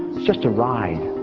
just a ride.